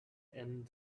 and